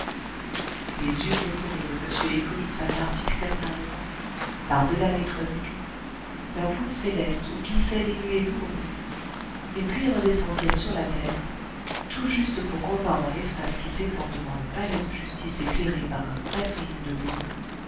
les yeux éplorés de m hippolyte patard fixèrent un moment par-delà les toits aigus la voûte céleste où glissaient les nuées lourdes et puis redescendirent sur la terre tout juste pour revoir dans l'espace qui s'étend devant le palais de justice éclairé par un bref rayon de lune